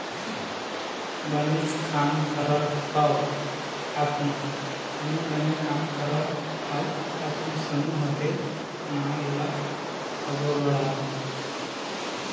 बनेच काम करत हँव आप मन बने बने काम करव अउ अपन समूह के नांव ल आघु बढ़ाव